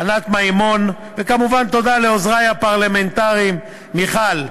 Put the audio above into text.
ענת מימון, וכמובן תודה לעוזרי הפרלמנטריים, מיכל,